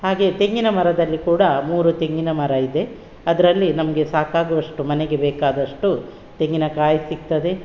ಹಾಗೆಯೇ ತೆಂಗಿನ ಮರದಲ್ಲಿ ಕೂಡ ಮೂರು ತೆಂಗಿನ ಮರ ಇದೆ ಅದರಲ್ಲಿ ನಮಗೆ ಸಾಕಾಗುವಷ್ಟು ಮನೆಗೆ ಬೇಕಾದಷ್ಟು ತೆಂಗಿನ ಕಾಯಿ ಸಿಗ್ತದೆ